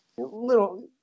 Little